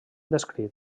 descrit